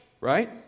right